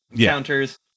counters